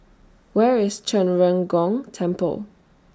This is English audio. Where IS Zhen Ren Gong Temple